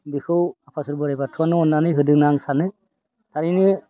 बेखौ आफा इसोर बोराइ बाथौआनो अननानै होदों होनना आं सानो थारैनो